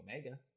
Omega